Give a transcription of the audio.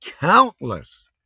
countless